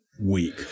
weak